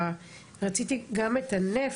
רציתי גם את הנפט,